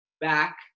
back